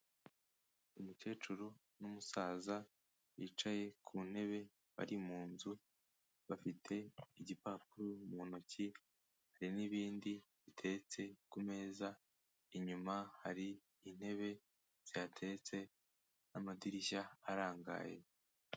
Umukecuru n'umusaza bicaye ku ntebe bari mu nzu, bafite igipapuro mu ntoki, hari n'bindi biteretse ku meza, inyuma hari intebe zihateretse n'amadirishya arangaye.